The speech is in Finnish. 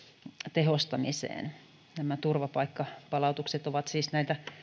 tehostamiseen nämä turvapaikkapalautukset ovat siis näitä